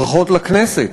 ברכות לכנסת